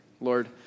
Lord